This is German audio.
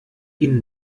ihn